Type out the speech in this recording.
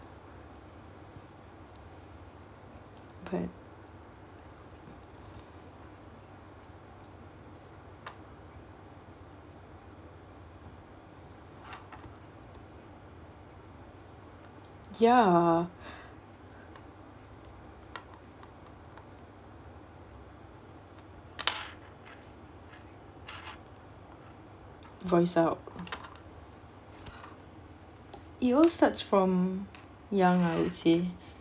but ya voice out it all starts from young I would say